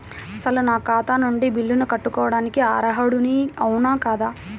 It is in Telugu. అసలు నా ఖాతా నుండి బిల్లులను కట్టుకోవటానికి అర్హుడని అవునా కాదా?